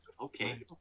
Okay